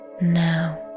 now